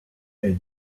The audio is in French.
est